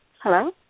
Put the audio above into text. Hello